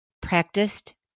practiced